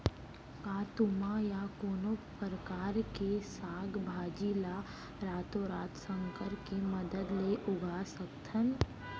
का तुमा या कोनो परकार के साग भाजी ला रातोरात संकर के मदद ले उगा सकथन?